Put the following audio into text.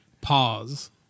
Pause